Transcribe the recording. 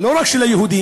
לא רק של היהודים,